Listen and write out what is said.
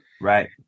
right